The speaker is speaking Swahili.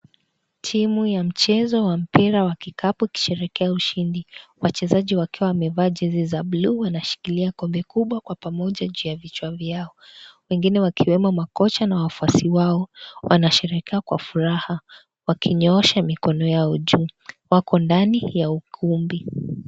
Timu ya chezo wa mpira wa kikapu wakisherekea ushindi, wachezaji wakiwa wamevaa jezi za blue , wameshikilia kombe kubwa kwa pamoja juu ya vichwa vyao, wengine wakiwemo makocha na wafuasi wao, wanasherekea kwa furaha wakinyoosha mikono yao juu, wako ndani ya ukumbi.